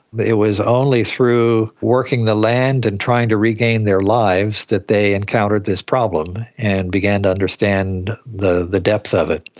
it was only through working the land and trying to regain their lives that they encountered this problem and began to understand the the depth of it.